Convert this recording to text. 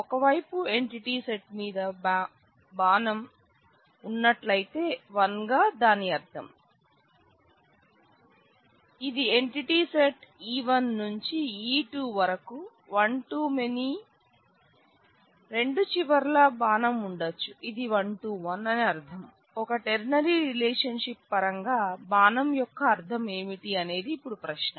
ఒక ternary relationship పరంగా బాణం యొక్క అర్థం ఏమిటి అనేది ఇప్పుడు ప్రశ్న